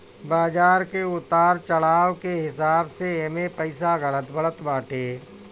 बाजार के उतार चढ़ाव के हिसाब से एमे पईसा घटत बढ़त बाटे